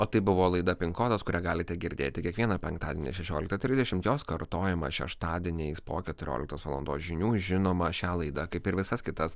o tai buvo laida pin kodas kurią galite girdėti kiekvieną penktadienį šešioliktą trisdešimt jos kartojama šeštadieniais po keturioliktos valandos žinių žinoma šią laidą kaip ir visas kitas